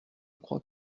crois